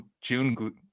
June